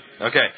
Okay